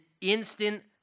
instant